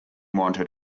wanted